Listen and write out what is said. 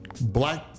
Black